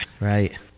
right